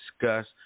discuss